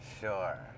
Sure